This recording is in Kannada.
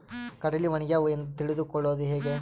ಕಡಲಿ ಒಣಗ್ಯಾವು ಎಂದು ತಿಳಿದು ಕೊಳ್ಳೋದು ಹೇಗೆ?